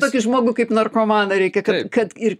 tokį žmogų kaip narkomaną reikia kad ir